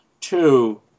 Two